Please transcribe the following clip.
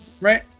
right